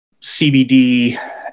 CBD